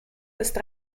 ist